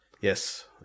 Yes